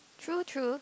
true true